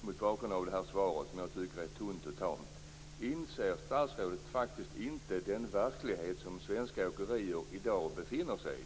mot bakgrund av detta svar som jag tycker är tunt och tamt. Inser statsrådet inte den verklighet som svenska åkerier i dag befinner sig i?